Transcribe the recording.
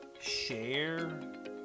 share